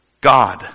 God